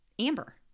Amber